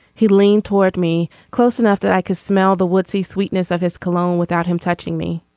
he leaned toward me close enough that i could smell the woodsy sweetness of his cologne without him touching me.